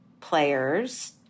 players